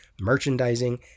merchandising